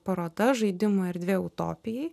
paroda žaidimų erdvė utopijai